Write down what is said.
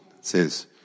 says